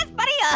and buddy, ah